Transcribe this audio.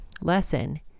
lesson